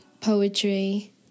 poetry